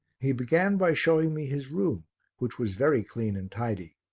he began by showing me his room which was very clean and tidy.